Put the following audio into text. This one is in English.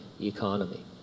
economy